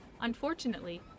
Unfortunately